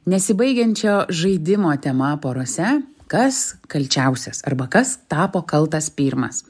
nesibaigiančio žaidimo tema porose kas kalčiausias arba kas tapo kaltas pirmas